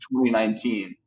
2019